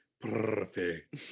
Perfect